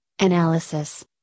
analysis